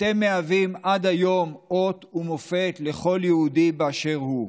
אתם מהווים עד היום אות ומופת לכל יהודי באשר הוא.